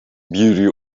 beauty